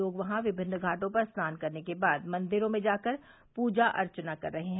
लोगों ने वहां विभिन्न घाटों पर स्नान करने के बाद मंदिरों में जाकर पूजा अर्चना कर रहे है